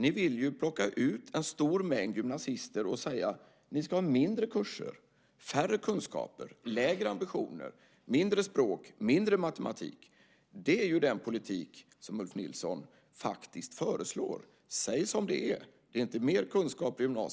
Ni vill plocka ut en stor mängd gymnasister och säga: Ni ska ha mindre kurser, färre kunskaper, lägre ambitioner, mindre språk och mindre matematik. Det är ju den politik som Ulf Nilsson faktiskt föreslår. Säg som det är! Det är inte mer kunskap utan